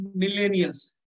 millennials